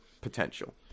potential